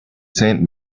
saint